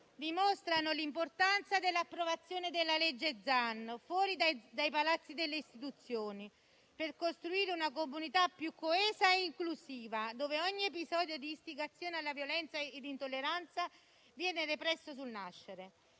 dimostrano l'importanza dell'approvazione del disegno di legge Zan fuori dai palazzi delle istituzioni, per costruire una comunità più coesa e inclusiva, dove ogni episodio di istigazione alla violenza e di intolleranza viene represso sul nascere.